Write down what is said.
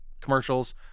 commercials